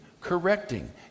correcting